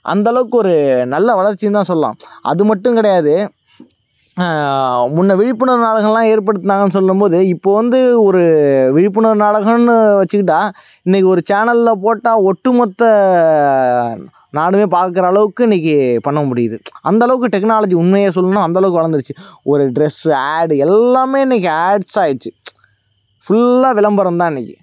அந்தளவுக்கு ஒரு நல்ல வளர்ச்சினுதான் சொல்லலாம் அது மட்டும் கிடையாது முன்னே விழிப்புணர்வு நாடகமெல்லாம் ஏற்படுத்தினாங்கன்னு சொல்லும்போது இப்போது வந்து ஒரு விழிப்புணர்வு நாடகம்னு வச்சுக்கிட்டா இன்றைக்கி ஒரு சேனலில் போட்டால் ஒட்டுமொத்த நாடுமே பார்க்குற அளவுக்கு இன்றைக்கி பண்ண முடியுது அந்தளவுக்கு டெக்னாலஜி உண்மையை சொல்லணுன்னா அந்தளவுக்கு வளந்துருச்சு ஒரு ட்ரெஸ் ஆடு எல்லாமே இன்றைக்கி ஆட்ஸ் ஆயிட்ச்சு ஃபுல்லாக விளம்பரம் தான் இன்றைக்கி